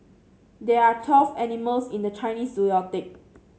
there are twelve animals in the Chinese